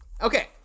Okay